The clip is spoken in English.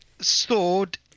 sword